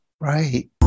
Right